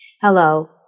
Hello